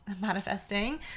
manifesting